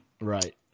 Right